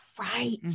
right